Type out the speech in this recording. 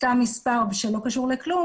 סתם מספר שלא קשור לכלום